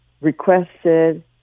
requested